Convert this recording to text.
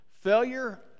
Failure